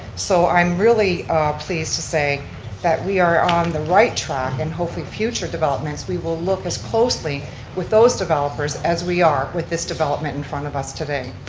so i'm really pleased to say that we are on the right track and hopefully future development, we will look as closely with those developers as we are with this development in front of us today.